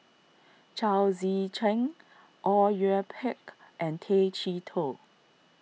Chao Tzee Cheng Au Yue Pak and Tay Chee Toh